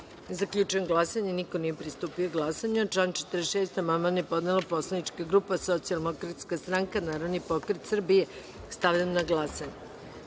amandman. Zaključujem glasanje – niko nije pristupio glasanju. Na član 48. amandman je podnela Poslanička grupa Socijaldemokratska stranka, Narodni pokret Srbije. Stavljam na glasanje